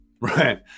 Right